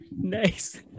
nice